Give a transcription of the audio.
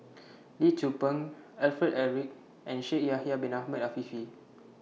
Lee Tzu Pheng Alfred Eric and Shaikh Yahya Bin Ahmed Afifi